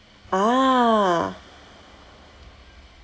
ah